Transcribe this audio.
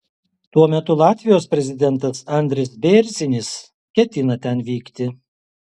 tuo metu latvijos prezidentas andris bėrzinis ketina ten vykti